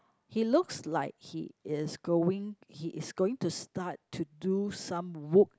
he looks like he is going he is going to start to do some wood